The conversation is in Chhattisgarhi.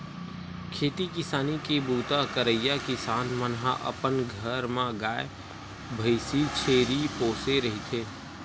खेती किसानी के बूता करइया किसान मन ह अपन घर म गाय, भइसी, छेरी पोसे रहिथे